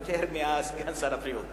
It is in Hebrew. יותר מאשר עם סגן שר הבריאות.